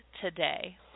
today